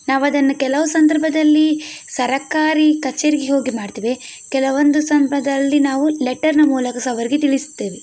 ನಾವದನ್ನು ಕೆಲವು ಸಂದರ್ಭದಲ್ಲಿ ಸರಕಾರಿ ಕಚೇರಿಗೆ ಹೋಗಿ ಮಾಡ್ತೇವೆ ಕೆಲವೊಂದು ಸಂದರ್ಭದಲ್ಲಿ ನಾವು ಲೆಟರ್ನ ಮೂಲಕ ಸಹ ಅವರಿಗೆ ತಿಳಿಸ್ತೇವೆ